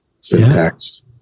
syntax